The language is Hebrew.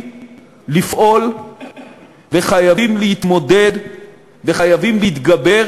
לפעול וחייבים להתמודד וחייבים להתגבר,